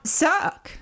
suck